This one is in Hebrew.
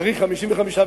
צריך 55,